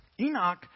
Enoch